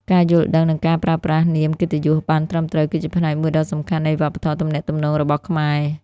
ការយល់ដឹង និងការប្រើប្រាស់នាមកិត្តិយសបានត្រឹមត្រូវ គឺជាផ្នែកមួយដ៏សំខាន់នៃវប្បធម៌ទំនាក់ទំនងរបស់ខ្មែរ។